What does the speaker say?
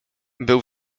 był